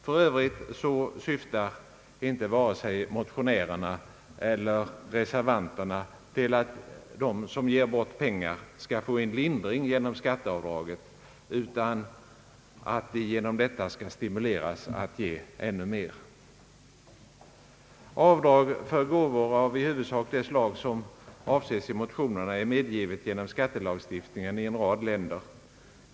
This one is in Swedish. För övrigt syftar inte reservanternas förslag till att de som ger bort pengar skall få en lindring genom skatteavdraget, utan avsikten är att de genom avdraget skall stimuleras att ge ännu mera. Avdrag för gåvor av i huvudsak det slag som avses i motionerna är medgivet genom skattelagstiftningen i en rad länder.